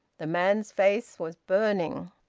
the man's face was burning,